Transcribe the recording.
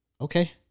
Okay